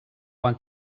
want